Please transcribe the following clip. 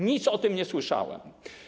Nic o tym nie słyszałem.